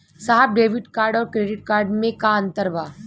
साहब debit card और credit card में का अंतर बा?